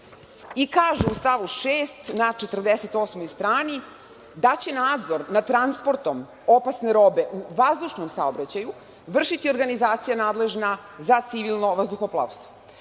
i kaže u stavu 6. na 48. strani da će nadzor nad transportom opasne robe u vazdušnom saobraćaju vršiti organizacija nadležna za civilno vazduhoplovstvo. Isto